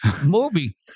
movie